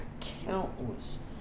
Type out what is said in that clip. countless